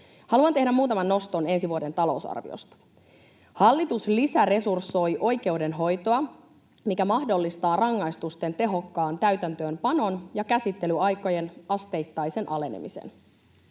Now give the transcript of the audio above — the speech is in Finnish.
Haluan tehdä muutaman noston ensi vuoden talousarviosta. Hallitus lisäresursoi oikeudenhoitoa, mikä mahdollistaa rangaistusten tehokkaan täytäntöönpanon ja käsittelyaikojen asteittaisen alenemisen.